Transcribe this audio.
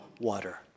water